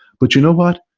but you know what?